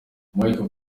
michael